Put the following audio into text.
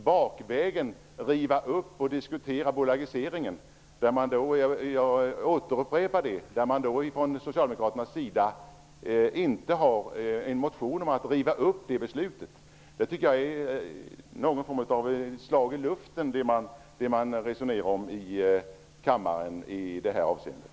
Jag upprepar att man från socialdemokraternas sida inte har lagt fram någon motion om att riva upp beslutet om avreglering. Att bakvägen försöka riva upp förslaget och diskutera bolagiseringen är något av ett slag i luften.